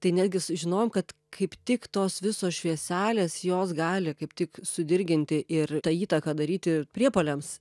tai netgi sužinojom kad kaip tik tos visos švieselės jos gali kaip tik sudirginti ir tą įtaką daryti priepuoliams